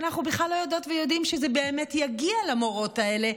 שאנחנו בכלל לא יודעות ויודעים שזה באמת יגיע למורות האלה,